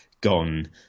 gone